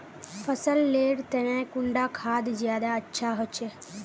फसल लेर तने कुंडा खाद ज्यादा अच्छा होचे?